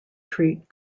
treat